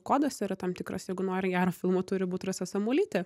kodas yra tam tikras jeigu nori gero filmo turi būt rasa samuolytė